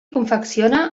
confecciona